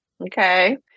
Okay